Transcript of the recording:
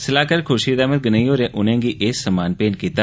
सलाहकार खुर्शीद अहमद गनेई होरें उनेंगी एह् सम्मान भेंट कीता